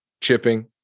chipping